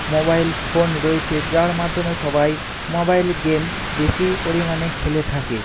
mobile phone রয়েছে যার মাধ্যমে সবাই মোবাইল গেম বেশি পরিমাণে খেলে থাকে